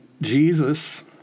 Jesus